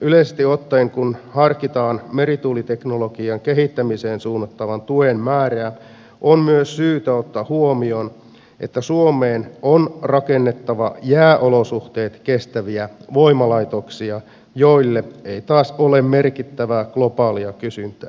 yleisesti ottaen kun harkitaan merituuliteknologian kehittämiseen suunnattavan tuen määrää on myös syytä ottaa huomioon että suomeen on rakennettava jääolosuhteet kestäviä voimalaitoksia joille ei taas ole merkittävää globaalia kysyntää